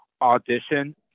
audition